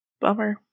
bummer